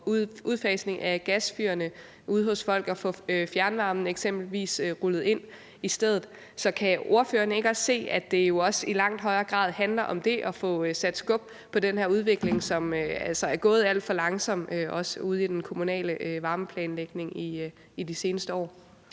her udfasning af gasfyrene ude hos folk og få eksempelvis fjernvarmen rullet ind i stedet. Så kan ordføreren ikke også se, at det jo i langt højere grad handler om det at få sat skub i den her udvikling, som altså er gået alt for langsomt, også ude i den kommunale varmeplanlægning i de seneste år?